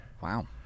Wow